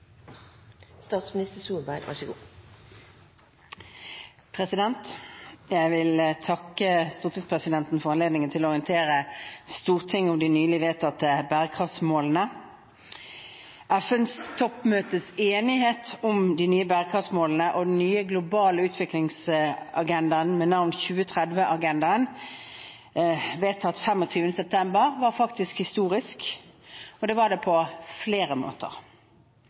Jeg vil takke stortingspresidenten for anledningen til å orientere Stortinget om de nylig vedtatte bærekraftsmålene. FN-toppmøtets enighet om de nye bærekraftsmålene og den nye globale utviklingsagendaen ved navn 2030-agendaen, vedtatt 25. september, var faktisk historisk, og det på flere måter.